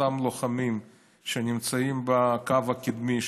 אותם לוחמים שנמצאים בקו הקדמי,